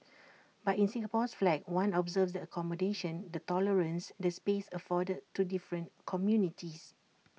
but in Singapore's flag one observes the accommodation the tolerance the space afforded to different communities